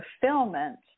fulfillment